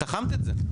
תחמת את זה,